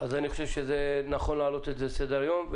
אז אני חושב שזה נכון להעלות את זה לסדר היום.